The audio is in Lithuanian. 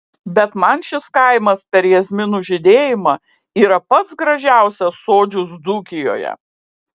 bet man šis kaimas per jazminų žydėjimą yra pats gražiausias sodžius dzūkijoje